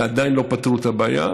ועדיין לא פתרו את הבעיה.